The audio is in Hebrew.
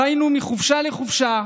חיינו מחופשה לחופשה,